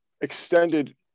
extended